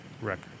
record